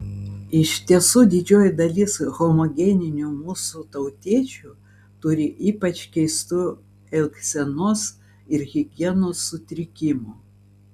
iš tiesų didžioji dalis homogeninių mūsų tautiečių turi ypač keistų elgsenos ir higienos sutrikimų